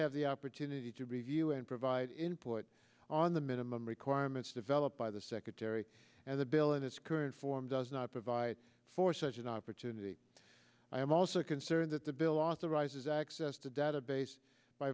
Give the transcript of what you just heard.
have the opportunity to review and provide input on the minimum requirements developed by the secretary and the bill in its current form does not provide for such an opportunity i am also concerned that the bill authorizes access to database by